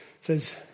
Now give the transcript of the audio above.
says